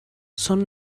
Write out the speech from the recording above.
són